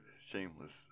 shameless